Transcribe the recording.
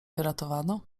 wyratowano